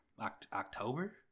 October